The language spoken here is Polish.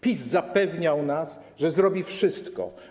PiS zapewniał nas, że zrobi wszystko.